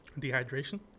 Dehydration